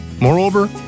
Moreover